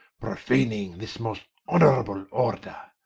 prophaning this most honourable order,